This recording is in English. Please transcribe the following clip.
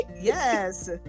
yes